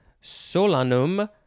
Solanum